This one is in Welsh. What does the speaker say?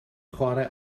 chwarae